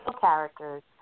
characters